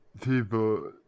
people